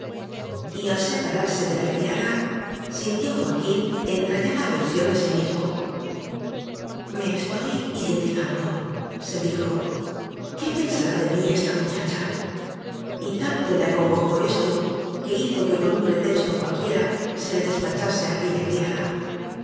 acuerdo y al separarse de la criada sintió joaquín entrañada aversión a sí mismo me estoy idiotizandose dijo qué pensará de mí esta muchacha y tanto le acongojó esto que hizo que con un pretexto cualquiera se le despachase a aquella criada